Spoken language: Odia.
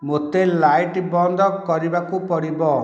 ମୋତେ ଲାଇଟ୍ ବନ୍ଦ କରିବାକୁ ପଡ଼ିବ